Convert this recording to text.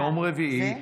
יום רביעי,